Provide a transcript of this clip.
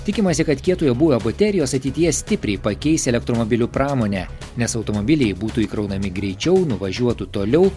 tikimasi kad kietojo būvio baterijos ateityje stipriai pakeis elektromobilių pramonę nes automobiliai būtų įkraunami greičiau nuvažiuotų toliau